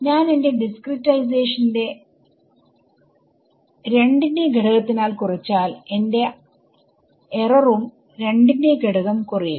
ഞാൻ എന്റെ ഡിസ്ക്രിടൈസേഷൻ 2 ന്റെ ഘടകത്തിനാൽ കുറച്ചാൽ എന്റെ എററും 2 ന്റെ ഘടകം കുറയും